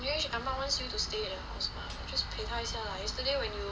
anyways ah ma wants you to stay at her house mah just 陪她一下 lah yesterday when you